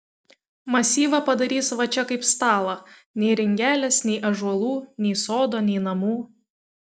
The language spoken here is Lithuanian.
masyvą padarys va čia kaip stalą nei ringelės nei ąžuolų nei sodo nei namų